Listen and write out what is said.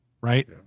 right